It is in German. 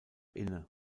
inne